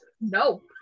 No